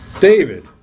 David